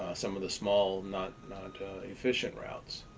ah some of the small not not ah efficient routes.